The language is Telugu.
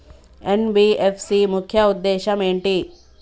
ఎన్.బి.ఎఫ్.సి ముఖ్య ఉద్దేశం ఏంటి?